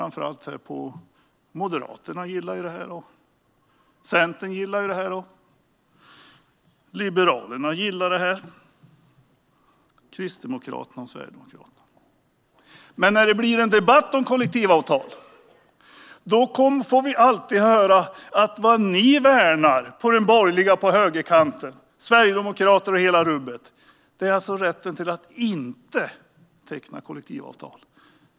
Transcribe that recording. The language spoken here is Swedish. Moderaterna gillar detta. Centern gillar det. Liberalerna gillar det, och även Kristdemokraterna och Sverigedemokraterna. Men när det blir en debatt om kollektivavtal får vi alltid höra att vad ni - de borgerliga på högerkanten, Sverigedemokraterna och hela rubbet - värnar är rätten att inte teckna kollektivavtal.